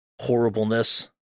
horribleness